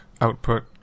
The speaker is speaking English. output